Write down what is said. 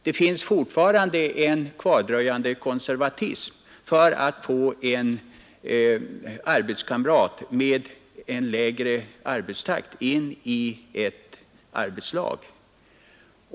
Det finns fortfarande en kvardröjande konservatism mot att få en arbetskamrat med en lägre arbetstakt in i ett arbetslag.